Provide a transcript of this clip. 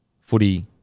footy